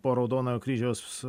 po raudonojo kryžiaus